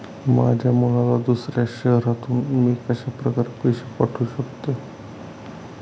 माझ्या मुलाला दुसऱ्या शहरातून मी कशाप्रकारे पैसे पाठवू शकते?